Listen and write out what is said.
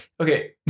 Okay